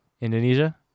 Indonesia